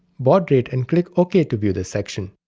baud rate and click ok to view this section.